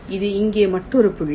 இது இங்கே மற்றொரு புள்ளி